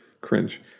cringe